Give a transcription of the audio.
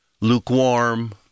lukewarm